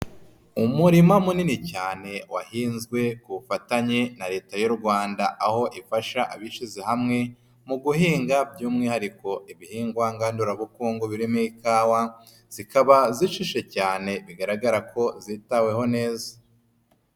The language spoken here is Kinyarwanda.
Umurima munini cyane wahinzwe ku bufatanye na Leta y'u Rwanda aho ifasha abishyize hamwe mu guhinga by'umwihariko ibihingwa ngandurabukungu birimo ikawa, zikaba zishishe cyane bigaragara ko zitaweho neza.